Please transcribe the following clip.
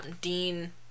Dean